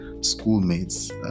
schoolmates